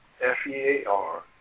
F-E-A-R